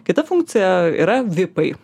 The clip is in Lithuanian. kita funkcija yra vipai